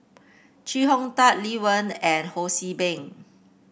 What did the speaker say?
Chee Hong Tat Lee Wen and Ho See Beng